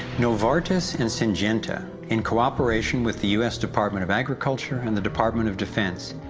novartis and syngenta, in cooperation with the u s. department of agriculture and the department of defense,